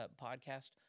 podcast